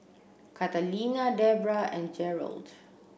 Catalina Debrah and Jerald